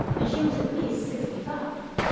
and she was at least sixty-five.